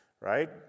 right